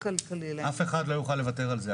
כלכלי להם --- אף אחד לא יוכל לוותר על זה.